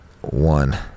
One